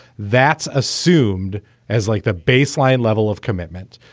that's assumed as like the baseline level of commitment.